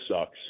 sucks